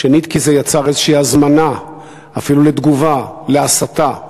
שנית, כי זה יצר איזו הזמנה אפילו לתגובה, להסתה.